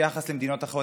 ביחס למדינות אחרות,